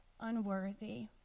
unworthy